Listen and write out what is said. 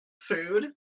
food